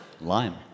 Lime